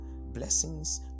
Blessings